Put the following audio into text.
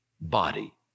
body